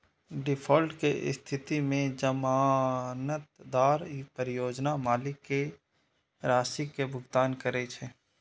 default के स्थिति मे जमानतदार परियोजना मालिक कें राशि के भुगतान करै छै